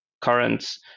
currents